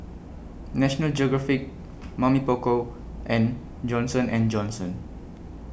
National Geographic Mamy Poko and Johnson and Johnson